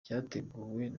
cyateguwe